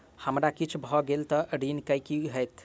हमरा किछ भऽ गेल तऽ ऋण केँ की होइत?